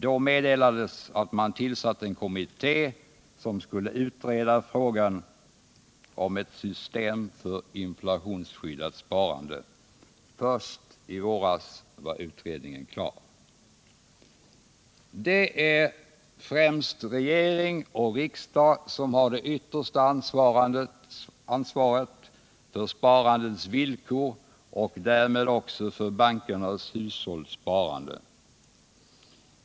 Då meddelades att man tillsatt en kommitté som skulle utreda frågan om ett system för inflationsskyddat sparande. Först i våras var utredningen klar. Det är främst regering och riksdag som har det yttersta ansvaret för sparandets villkor och därmed också för bankernas hushållssparande.